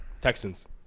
Texans